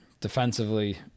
Defensively